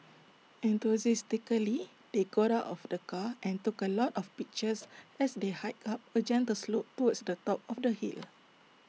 they got out of the car and took A lot of pictures as they hiked up A gentle slope towards the top of the hill